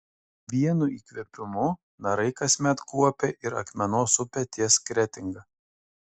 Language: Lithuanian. vienu įkvėpimu narai kasmet kuopia ir akmenos upę ties kretinga